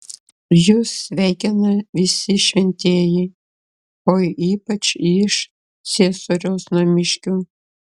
jus sveikina visi šventieji o ypač iš ciesoriaus namiškių